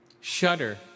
Shudder